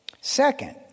second